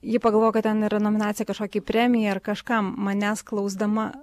ji pagalvojo kad ten yra nominacija kažkokiai premijai ar kažkam manęs klausdama